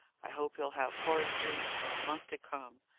i hope he'll have horrid dreams for a month to come!